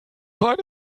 keine